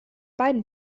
beiden